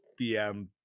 BM